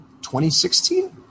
2016